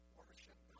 worship